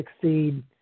succeed